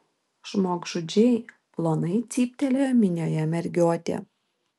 žmogžudžiai plonai cyptelėjo minioje mergiotė